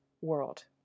world